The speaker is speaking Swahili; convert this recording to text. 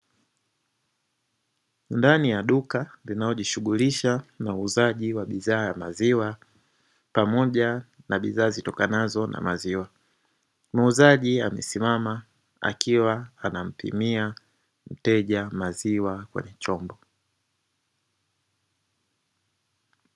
Ndani ya duka linalojishughulisha na uuzaji wa bidhaa ya maziwa, pamoja na bidhaa zitokanazo na maziwa. Muuzaji amesimama akiwa anampimia mteja maziwa kwenye chombo.